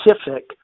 specific